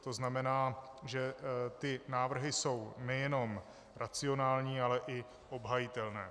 To znamená, že ty návrhy jsou nejenom racionální, ale i obhajitelné.